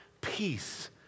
peace